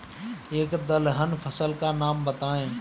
एक दलहन फसल का नाम बताइये